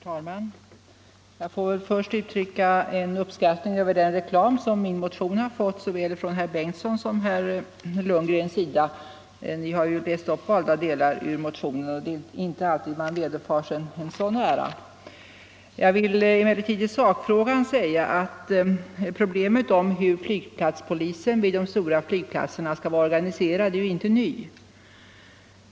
Herr talman! Jag får först uttrycka en uppskattning över den reklam som min motion fått såväl av herr Bengtsson i Göteborg som av herr Lundgren. Ni har läst upp valda delar ur motionen, och det är inte alltid man vederfars en sådan ära. Jag vill emellertid i sakfrågan säga att problemet hur flygplatspolisen vid de stora flygplatserna skall vara organiserad inte är nytt.